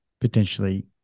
potentially